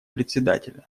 председателя